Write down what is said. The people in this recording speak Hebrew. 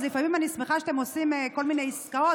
אז לפעמים אני שמחה שאתם עושים כל מיני עסקאות,